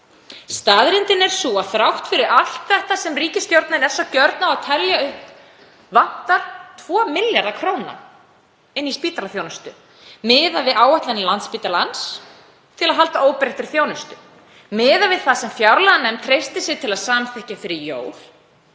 Staðreyndin er sú að þrátt fyrir allt það sem ríkisstjórnin er svo gjörn á að telja upp vantar 2 milljarða kr. inn í spítalaþjónustu miðað við áætlanir Landspítalans til að halda óbreyttri þjónustu, miðað við það sem fjárlaganefnd treysti sér til að samþykkja fyrir jól.